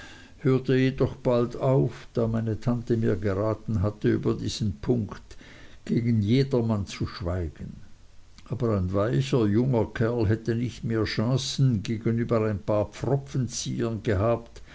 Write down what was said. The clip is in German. hörte jedoch bald auf da meine tante mir geraten hatte über diesen punkt gegen jedermann zu schweigen aber ein weicher junger kork hätte nicht mehr chancen gegenüber ein paar pfropfenziehern gehabt